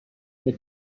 jak